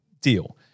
deal